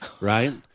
right